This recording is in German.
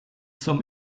zum